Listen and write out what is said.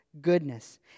goodness